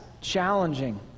challenging